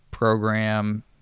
program